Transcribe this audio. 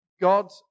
God